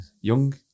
Young